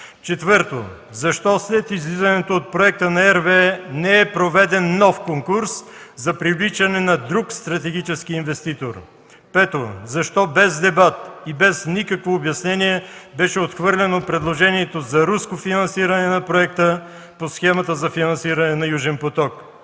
Четвърто, защо след излизането от проекта на RWE не е проведен нов конкурс за привличане на друг стратегически инвеститор? Пето, защо без дебат, без никакво обяснение беше отхвърлено предложението за руско финансиране на проекта по схемата за финансиране на „Южен поток”?